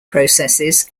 processes